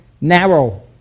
narrow